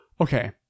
Okay